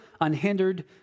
unhindered